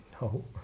no